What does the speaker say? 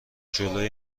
جلوی